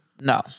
No